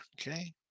Okay